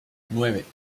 nueve